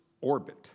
orbit